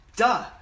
Duh